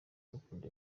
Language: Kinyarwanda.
bakunda